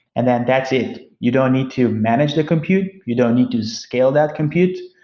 and then that's it. you don't need to manage the compute. you don't need to scale that compute.